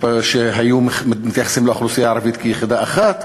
שהיו מתייחסים לאוכלוסייה הערבית כיחידה אחת.